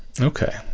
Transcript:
Okay